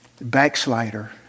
backslider